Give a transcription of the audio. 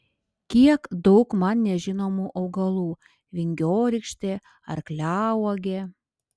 kiek daug man nežinomų augalų vingiorykštė arkliauogė